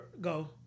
go